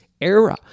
era